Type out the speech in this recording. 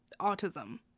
autism